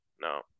no